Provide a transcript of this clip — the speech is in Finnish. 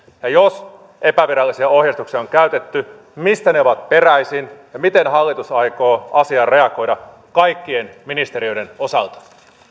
jos epävirallisia ohjeistuksia on käytetty mistä ne ovat peräisin ja miten hallitus aikoo asiaan reagoida kaikkien ministeriöiden osalta